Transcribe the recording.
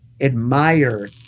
Admire